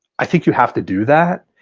i think you have to do that.